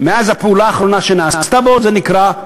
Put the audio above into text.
מאז הפעולה האחרונה שנעשתה בו נקרא,